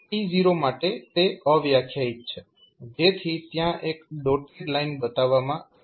t0 માટે તે અવ્યાખ્યાયિત છે જેથી ત્યાં એક ડોટેડ લાઇન બતાવવામાં આવેલી છે